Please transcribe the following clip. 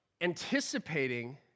anticipating